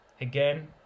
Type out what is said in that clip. again